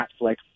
Netflix